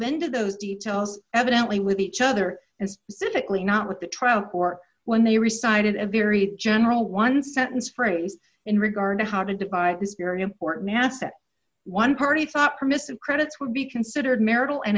into those details evidently with each other and specifically not with the trial court when they re sided a very general one sentence phrase in regard to how to divide this very important asset one party thought permissive credits would be considered marital and